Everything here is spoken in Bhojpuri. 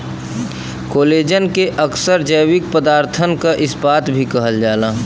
कोलेजन के अक्सर जैविक पदारथन क इस्पात भी कहल जाला